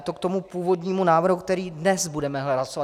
A je to k tomu původnímu návrhu, který dnes budeme hlasovat.